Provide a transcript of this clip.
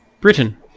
britain